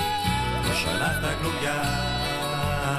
סדר-היום?